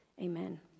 Amen